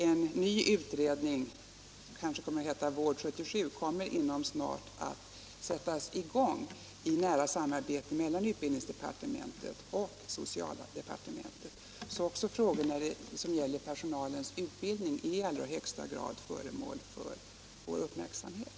En ny utredning — kanske kommer den att heta Vård 77 — kommer snart att sättas i gång i nära samarbete mellan utbildningsdepartementet och socialdepartementet. Också frågor som gäller personalens utbildning är alltså i allra högsta grad föremål för vår uppmärksamhet.